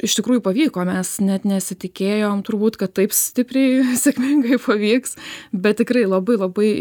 iš tikrųjų pavyko mes net nesitikėjom turbūt kad taip stipriai sėkmingai pavyks bet tikrai labai labai